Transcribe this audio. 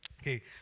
Okay